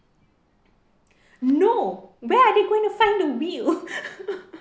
no where are they going to find a wheel